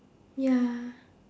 ya